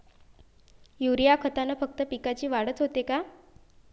Urea खतानं फक्त पिकाची वाढच होते का?